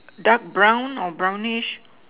dark brown or brownish